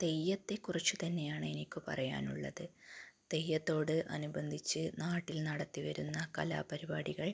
തെയ്യത്തെ കുറിച്ച് തന്നെയാണ് എനിക്ക് പറയാനുള്ളത് തെയ്യത്തോട് അനുബന്ധിച്ച് നാട്ടിൽ നടത്തി വരുന്ന കലാപരിപാടികൾ